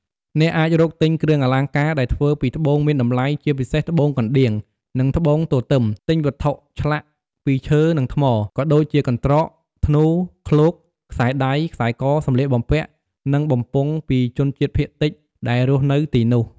អ្នកអាចរកទិញគ្រឿងអលង្ការដែលធ្វើពីត្បូងមានតម្លៃ ជាពិសេសត្បូងកណ្ដៀង និងត្បូងទទឹម ទិញវត្ថុឆ្លាក់ពីឈើ និងថ្ម ក៏ដូចជាកន្ត្រក ធ្នូ ឃ្លោក ខ្សែដៃ ខ្សែក សម្លៀកបំពាក់ និងបំពង់ពីជនជាតិភាគតិចដែលរស់នៅទីនោះ។